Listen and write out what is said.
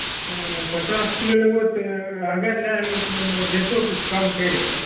पचास किलो लेबहो तऽ अहगर लै रहलहो हँ तऽ मानि ले रेटो किछु कम करि देबऽ